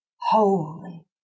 holy